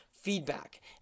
feedback